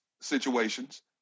situations